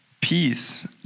Peace